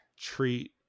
treat